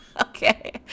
Okay